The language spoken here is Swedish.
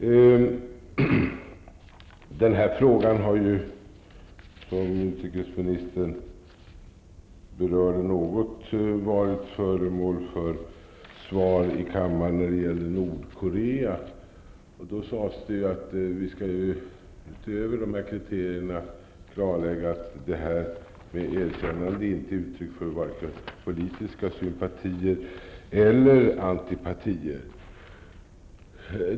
Den här frågan har ju, som utrikesministern berörde något, varit föremål för svar i kammaren när det gäller Nordkorea. Då sades det att vi utöver dessa kriterier skall klarlägga att ett erkännande inte är uttryck för vare sig politiska sympatier eller antipatier.